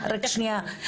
שנייה,